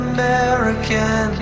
American